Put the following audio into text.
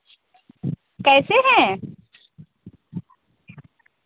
कैसे हैं